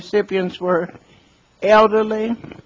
recipients were elderly